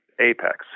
apex